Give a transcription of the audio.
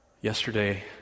Yesterday